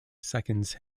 seconds